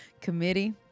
committee